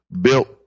built